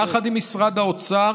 יחד עם משרד האוצר,